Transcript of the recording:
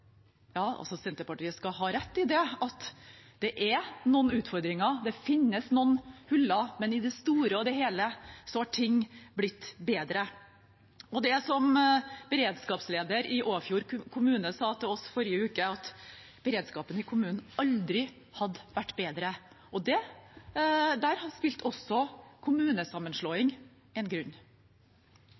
Ja, Senterpartiet skal ha rett i at det er noen utfordringer, det finnes noen hull, men i det store og hele har ting blitt bedre. Beredskapslederen i Åfjord kommune sa til oss i forrige uke at beredskapen i kommunen aldri hadde vært bedre, og der spilte også kommunesammenslåing inn. Så viser det seg, når vi har